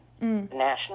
national